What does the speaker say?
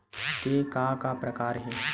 के का का प्रकार हे?